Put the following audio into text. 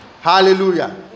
Hallelujah